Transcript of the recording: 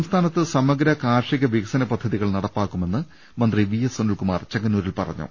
സംസ്ഥാനത്ത് സമഗ്ര കാർഷിക വികസന പദ്ധതി കൾ നടപ്പിലാക്കുമെന്ന് മന്ത്രി വി എസ് സുനിൽകുമാർ ചെങ്ങന്നൂരിൽ പറഞ്ഞു